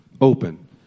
open